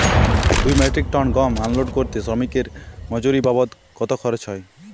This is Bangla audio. দুই মেট্রিক টন গম আনলোড করতে শ্রমিক এর মজুরি বাবদ কত খরচ হয়?